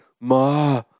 ma